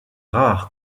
rares